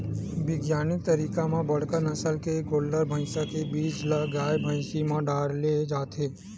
बिग्यानिक तरीका म बड़का नसल के गोल्लर, भइसा के बीज ल गाय, भइसी म डाले जाथे